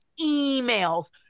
emails